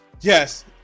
Yes